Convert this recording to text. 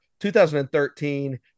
2013